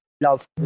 Love